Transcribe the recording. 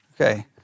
okay